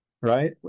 right